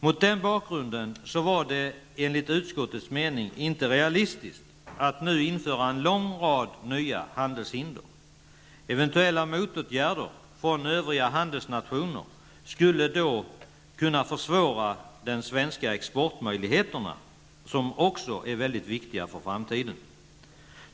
Mot den bakgrunden var det enligt utskottets mening inte realistiskt att nu införa en lång rad nya handelshinder. Eventuella motåtgärder från övriga handelsnationer skulle då kunna försvåra de svenska exportmöjligheterna, vilka också är mycket viktiga för framtiden.